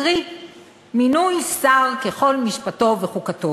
קרי מינוי שר ככל משפטו וחוקתו".